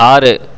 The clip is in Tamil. ஆறு